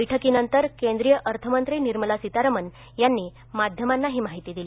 बैठकीनंतर केंद्रीय अर्थमंत्री निर्मला सीतारामन यांनी माध्यमांना ही माहिती दिली